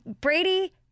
Brady